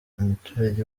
umuturage